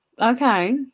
Okay